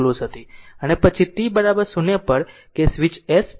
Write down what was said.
અને પછી t 0 પર કે સ્વીચ S 2 ક્લોઝ છે